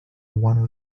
one